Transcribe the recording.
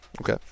Okay